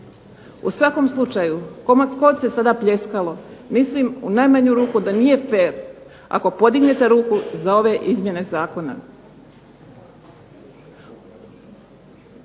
U svakom slučaju kome god se sada pljeskalo mislim u najmanju ruku da nije fer ako podignete ruku za ove izmjene zakona.